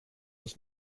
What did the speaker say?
was